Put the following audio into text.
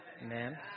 Amen